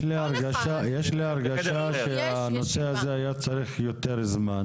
יש לי הרגשה שהנושא הזה היה צריך יותר זמן.